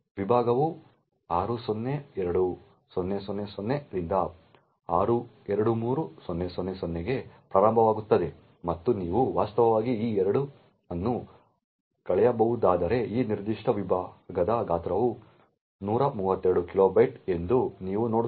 ವಿಭಾಗವು 602000 ರಿಂದ 623000 ಕ್ಕೆ ಪ್ರಾರಂಭವಾಗುತ್ತದೆ ಮತ್ತು ನೀವು ವಾಸ್ತವವಾಗಿ ಈ 2 ಅನ್ನು ಕಳೆಯಬಹುದಾದರೆ ಈ ನಿರ್ದಿಷ್ಟ ವಿಭಾಗದ ಗಾತ್ರವು 132 ಕಿಲೋಬೈಟ್ಗಳು ಎಂದು ನೀವು ನೋಡುತ್ತೀರಿ